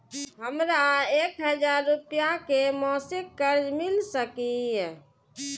हमरा एक हजार रुपया के मासिक कर्ज मिल सकिय?